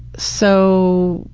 so,